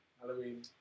Halloween